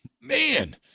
man